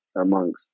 amongst